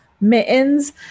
mittens